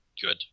good